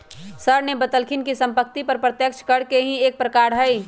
sir ने बतल खिन कि सम्पत्ति कर प्रत्यक्ष कर के ही एक प्रकार हई